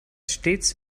stets